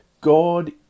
God